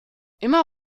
immer